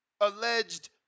alleged